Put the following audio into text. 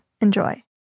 Enjoy